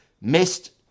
Missed